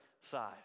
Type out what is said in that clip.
side